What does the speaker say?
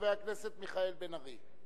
חבר הכנסת מיכאל בן-ארי.